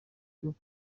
cy’iyi